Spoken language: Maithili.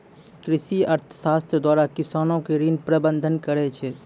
कृषि अर्थशास्त्र द्वारा किसानो के ऋण प्रबंध करै छै